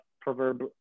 proverb